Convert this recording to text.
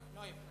לא היום.